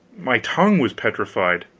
my tongue was petrified.